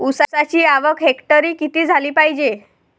ऊसाची आवक हेक्टरी किती झाली पायजे?